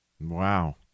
Wow